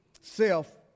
self